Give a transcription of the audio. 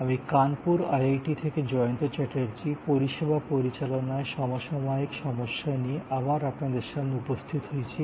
আমি কানপুর আইআইটি থেকে জয়ন্ত চ্যাটার্জি পরিষেবা পরিচালনায় সমসাময়িক সমস্যা নিয়ে আবার আপনাদের সামনে উপস্থিত হয়েছি